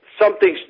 something's